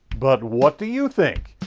but what do you think?